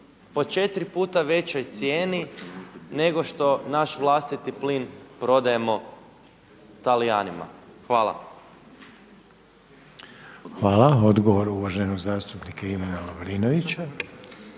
po četiri puta većoj cijeni nego što naš vlastiti plin prodajemo Talijanima? Hvala. **Reiner, Željko (HDZ)** Hvala lijepa. Odgovor uvaženog zastupnika Ivana Lovrinovića.